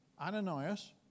Ananias